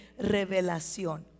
revelación